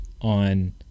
on